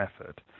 effort